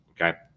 Okay